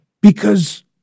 Because-